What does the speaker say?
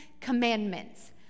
Commandments